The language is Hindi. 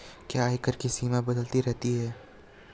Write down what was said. क्या आयकर की सीमा बदलती रहती है?